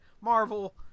Marvel